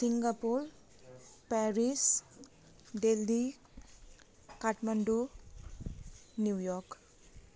Singapore Paris Delhi Kathmandu New York